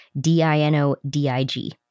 D-I-N-O-D-I-G